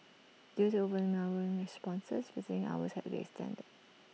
due to overwhelming responses visiting hours had to be extended